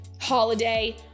holiday